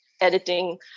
editing